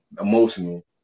emotional